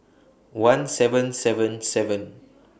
one seven seven seven